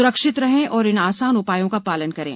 सुरक्षित रहें और इन आसान उपायों का पालन करें